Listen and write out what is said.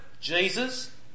Jesus